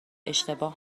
اشتباه